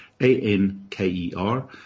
A-N-K-E-R